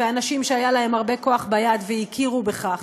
ואנשים שהיה להם הרבה כוח ביד והכירו בכך.